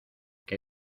qué